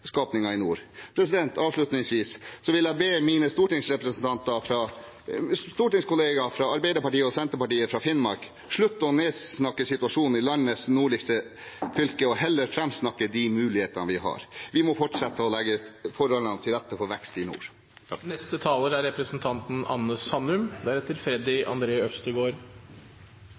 i nord. Avslutningsvis vil jeg be mine stortingskollegaer fra Arbeiderpartiet og Senterpartiet fra Finnmark om å slutte å nedsnakke situasjonen i landets nordligste fylke og heller framsnakke de mulighetene vi har. Vi må fortsette å legge forholdene til rette for vekst i nord. For Arbeiderpartiet er